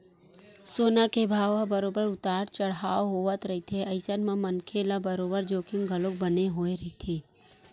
सोना के भाव ह बरोबर उतार चड़हाव होवत रहिथे अइसन म मनखे ल बरोबर जोखिम घलो बने होय रहिथे